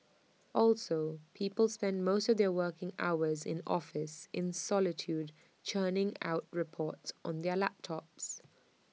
also people spend most of their working hours in office in solitude churning out reports on their laptops